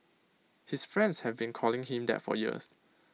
his friends have been calling him that for years